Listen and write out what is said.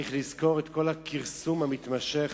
צריך לזכור את כל הכרסום המתמשך